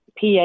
pa